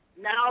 Now